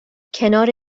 کنار